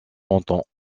montants